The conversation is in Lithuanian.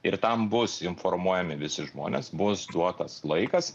ir tam bus informuojami visi žmonės bus duotas laikas